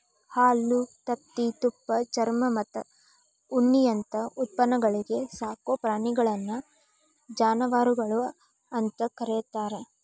ಹಾಲು, ತತ್ತಿ, ತುಪ್ಪ, ಚರ್ಮಮತ್ತ ಉಣ್ಣಿಯಂತ ಉತ್ಪನ್ನಗಳಿಗೆ ಸಾಕೋ ಪ್ರಾಣಿಗಳನ್ನ ಜಾನವಾರಗಳು ಅಂತ ಕರೇತಾರ